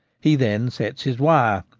he then sets his wire,